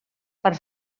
per